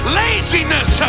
laziness